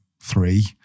three